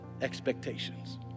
expectations